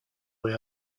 way